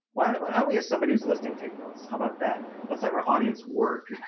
why don't let me have somebody who's listening take notes how about that? let's have our audience work.